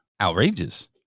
Outrageous